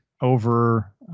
over